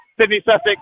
Sydney-Sussex